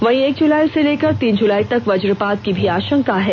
वहीं एक जुलाई से लेकर तीन जुलाई तक वजपात की भी आशंका है